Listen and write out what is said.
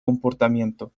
comportamiento